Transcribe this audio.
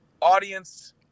audience